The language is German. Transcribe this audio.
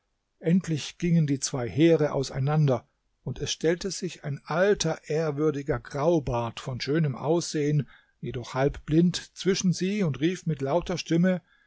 endlich gingen die zwei heere auseinander und es stellte sich ein alter ehrwürdiger graubart von schönem aussehen jedoch halbblind zwischen sie und rief mit lauter stimme